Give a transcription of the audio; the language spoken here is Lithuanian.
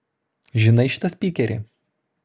žinai šitą spykerį